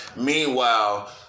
Meanwhile